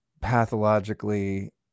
pathologically